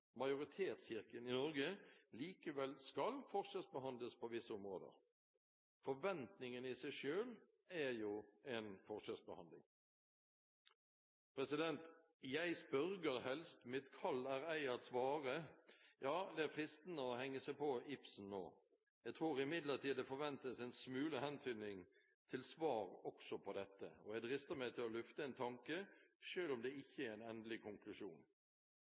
majoritetskirken i Norge, likevel skal forskjellsbehandles på visse områder. Forventningene i seg selv er jo en forskjellsbehandling. «Jeg spørger helst, mit kald er ej at svare» – ja, det er fristende å henge seg på Ibsen nå. Jeg tror imidlertid det forventes en smule hentydning til svar også på dette, og jeg drister meg til å lufte en tanke, selv om det ikke er en endelig konklusjon.